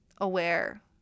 aware